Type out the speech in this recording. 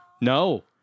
No